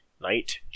Knight